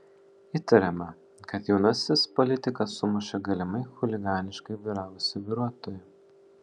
įtariama kad jaunasis politikas sumušė galimai chuliganiškai vairavusį vairuotoją